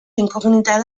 inkognita